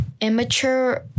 immature